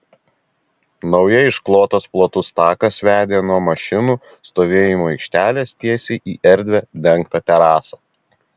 naujai išklotas platus takas vedė nuo mašinų stovėjimo aikštelės tiesiai į erdvią dengtą terasą